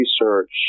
research